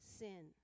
sin